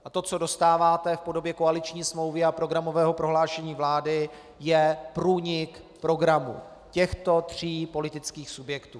A to, co dostáváte v podobě koaliční smlouvy a programového prohlášení vlády, je průnik programů těchto tří politických subjektů.